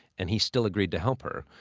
and he still agreed to help her,